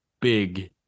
big